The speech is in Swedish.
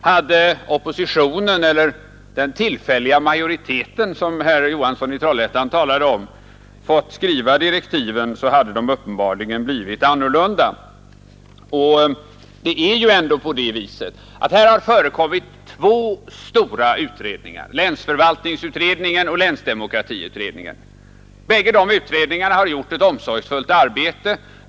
Hade oppositionen — eller den tillfälliga majoriteten, som herr Johansson i Trollhättan talade om =— fått skriva direktiven, så hade de uppenbarligen blivit annorlunda. Det är ju ändå så att här har förekommit två stora utredningar — länsförvaltningsutredningen och länsdemokratiutredningen. Bägge dessa utredningar har gjort ett omsorgsfullt arbete.